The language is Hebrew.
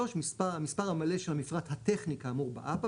המספר המלא של המפרט הטכני כאמור באפ"א